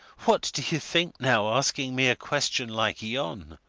what do you think, now, asking me a question like yon!